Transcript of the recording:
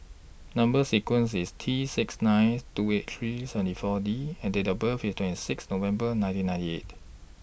Number sequence IS T six ninth two eight three seventy four D and Date of birth IS twenty six November nineteen ninety eight